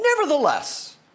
nevertheless